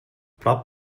prop